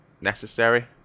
necessary